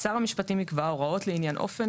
(ד)שר המשפטים יקבע הוראות לעניין אופן